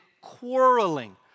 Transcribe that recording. quarreling